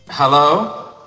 Hello